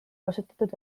kasutatud